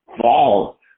fall